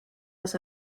las